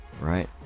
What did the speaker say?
right